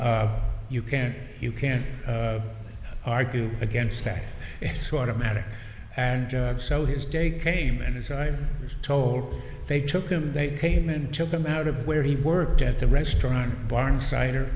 you can't you can't argue against that sort of matter and job so his day came and as i was told they took him they came and took him out of where he worked at the restaurant bar inciter